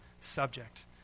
subject